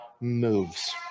moves